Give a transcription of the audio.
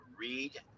read